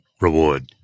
reward